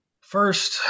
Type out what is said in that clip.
First